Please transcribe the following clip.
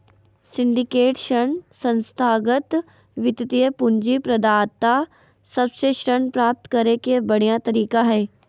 syndicated ऋण संस्थागत वित्तीय पूंजी प्रदाता सब से ऋण प्राप्त करे के बढ़िया तरीका हय